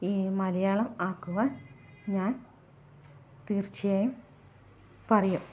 ഈ മലയാളം ആക്കുവാൻ ഞാൻ തീർച്ചയായും പറയും